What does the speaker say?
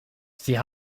sie